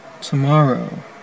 Tomorrow